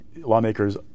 lawmakers